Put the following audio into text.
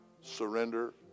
surrender